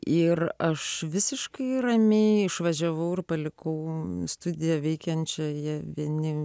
ir aš visiškai ramiai išvažiavau ir palikau studiją veikiančią jie vieni